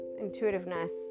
intuitiveness